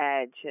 edge